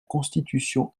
constitution